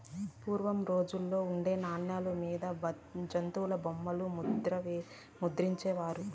పూర్వం రోజుల్లో ఉండే నాణాల మీద జంతుల బొమ్మలు ముద్రించే వారు